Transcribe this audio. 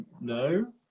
No